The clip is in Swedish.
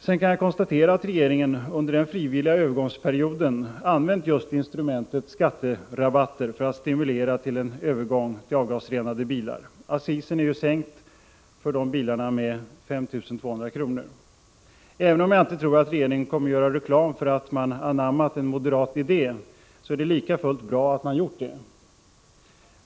Sedan kan jag konstatera att regeringen under den frivilliga övergångsperioden använt just instrumentet skatterabatter för att stimulera till en övergång till avgasrenade bilar. Accisen är ju sänkt för dessa bilar med 5 200 kr. Även om jag inte tror att regeringen kommer att göra reklam för att man anammat en moderat idé är det likafullt bra att man gjort det.